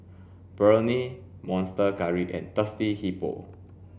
Burnie Monster Curry and Thirsty Hippo